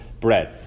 bread